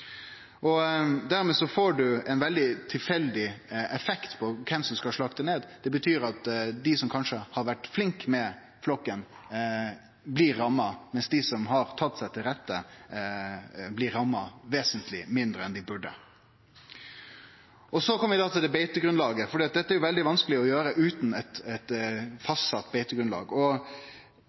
Dermed får ein ein veldig tilfeldig effekt med omsyn til kven som skal slakte ned. Det betyr at dei som kanskje har vore flinke med flokken, blir ramma, mens dei som har tatt seg til rette, blir ramma vesentleg mindre enn dei burde blitt. Og så kjem vi til beitegrunnlaget – for dette er vanskeleg å gjere utan eit fastsett beitegrunnlag.